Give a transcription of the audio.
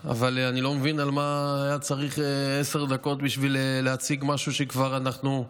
אבל אני לא מבין למה היה צריך עשר דקות בשביל להציג משהו שאנחנו כבר,